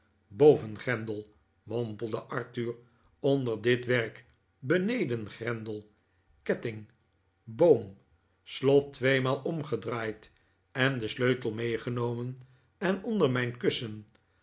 bovengrendel mompelde arthur onder dit werk benedengrendel ketting boom slot tweemaal omgedraaid en den sleutel meegenomen en onder mijn kussen